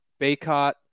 Baycott